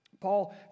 Paul